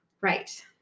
Right